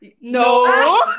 No